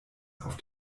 auf